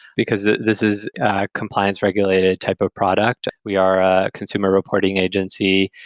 because this is a compliance regulated type of product. we are a consumer reporting agency.